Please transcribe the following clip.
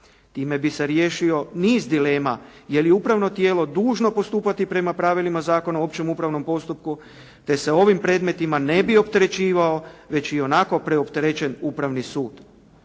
Time bi se riješio niz dilema jer je upravno tijelo dužno postupati prema pravilima Zakona o općem upravnom postupku te se ovim predmetima ne bi opterećivao već ionako preopterećen Upravni sud.